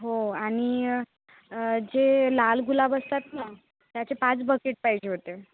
हो आणि जे लाल गुलाब असतात ना त्याचे पाच बकेट पाहिजे होते